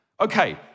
Okay